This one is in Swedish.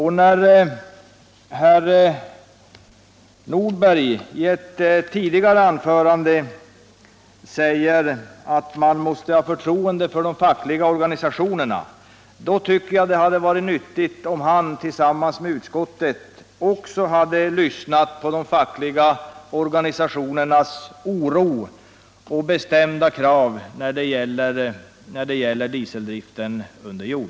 Herr Nordberg sade i eu tidigare anförande att man måste ha förtroende för de fackliga organisationerna. Jag tycker med tanke på detta att det skulle ha varit nyttigt. om han och utskottet i övrigt också hade lyssnat på de fackliga organisationerna då de uttalar sin oro och sina bestämda krav när det gäller dieseldriften under jord.